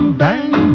bang